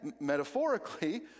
metaphorically